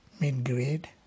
mid-grade